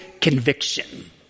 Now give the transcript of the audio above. conviction